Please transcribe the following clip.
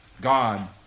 God